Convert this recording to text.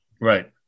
Right